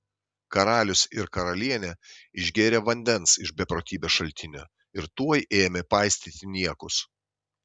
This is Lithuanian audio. karalius ir karalienė išgėrė vandens iš beprotybės šaltinio ir tuoj ėmė paistyti niekus